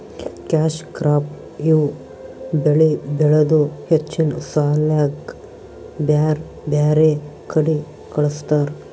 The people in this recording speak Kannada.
ಕ್ಯಾಶ್ ಕ್ರಾಪ್ ಇವ್ ಬೆಳಿ ಬೆಳದು ಹೆಚ್ಚಿನ್ ಸಾಲ್ಯಾಕ್ ಬ್ಯಾರ್ ಬ್ಯಾರೆ ಕಡಿ ಕಳಸ್ತಾರ್